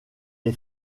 est